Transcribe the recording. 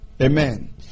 Amen